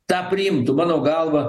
tą priimtų mano galva